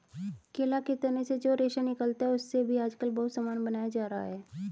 केला के तना से जो रेशा निकलता है, उससे भी आजकल बहुत सामान बनाया जा रहा है